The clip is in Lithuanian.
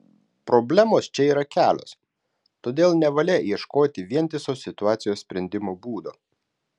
problemos čia yra kelios todėl nevalia ieškoti vientiso situacijos sprendimo būdo